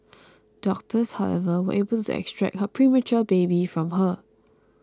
doctors however were able to extract her premature baby from her